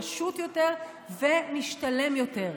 פשוט יותר ומשתלם יותר,